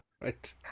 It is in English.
right